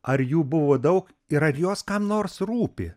ar jų buvo daug ir ar jos kam nors rūpi